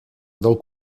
del